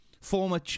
Former